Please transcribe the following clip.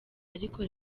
ariko